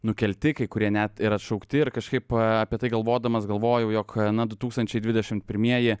nukelti kai kurie net ir atšaukti ir kažkaip apie tai galvodamas galvojau jog na du tūkstančiai dvidešimt pirmieji